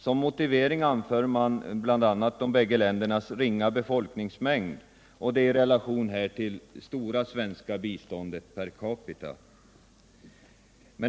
Som motivering anför man bl.a. de båda ländernas ringa befolkningsmängd och det i relation härtill stora svenska biståndet per capita.